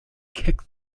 kick